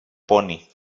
pony